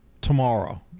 tomorrow